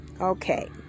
Okay